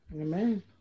Amen